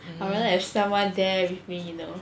I rather have someone there with me you know